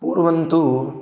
पूर्वं तु